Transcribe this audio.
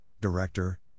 director